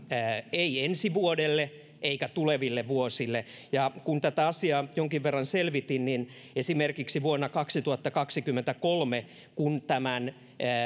ei ensi vuodelle eikä tuleville vuosille kun tätä asiaa jonkin verran selvitin niin esimerkiksi vuonna kaksituhattakaksikymmentäkolme kun